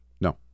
No